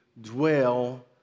dwell